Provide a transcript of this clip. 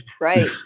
Right